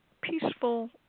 peaceful